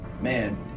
Man